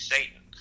Satan